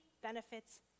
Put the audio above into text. benefits